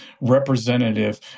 representative